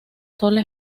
sola